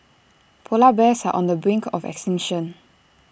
Polar Bears are on the brink of extinction